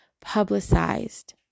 publicized